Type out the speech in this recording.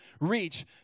reach